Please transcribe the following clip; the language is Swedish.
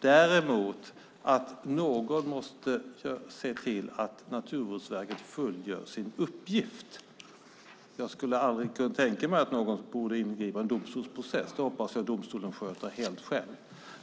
däremot att någon måste se till att Naturvårdsverket fullgör sin uppgift. Jag skulle aldrig kunna tänka mig att någon borde ingripa i en domstolsprocess - det hoppas jag att domstolen sköter helt själv.